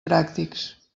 pràctics